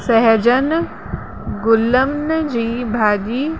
सहिजन गुलनि जी भाॼी